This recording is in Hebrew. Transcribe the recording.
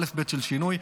אלף-בית של שינוי,